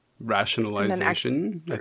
rationalization